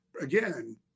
Again